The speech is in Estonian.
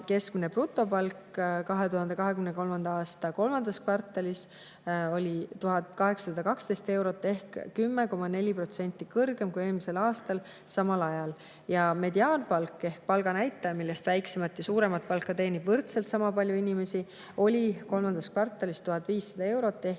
keskmine brutopalk oli 2023. aasta kolmandas kvartalis 1812 eurot ehk 10,4% kõrgem kui eelmisel aastal samal ajal. Mediaanpalk ehk palganäitaja, millest väiksemat ja suuremat palka teenib võrdselt sama palju inimesi, oli kolmandas kvartalis 1500 eurot ehk